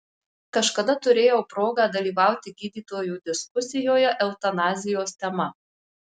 kažkada turėjau progą dalyvauti gydytojų diskusijoje eutanazijos tema